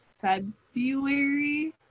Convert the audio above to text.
February